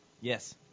Yes